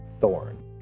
thorn